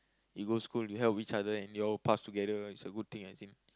you go school you help each other and you all will pass together it's a good thing I think